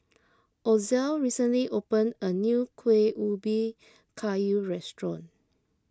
Ozell recently opened a new Kueh Ubi Kayu restaurant